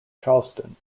charleston